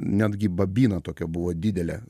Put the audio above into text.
netgi babino tokia buvo didelė